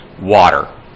water